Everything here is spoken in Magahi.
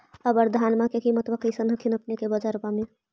अबर धानमा के किमत्बा कैसन हखिन अपने के बजरबा में?